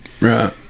right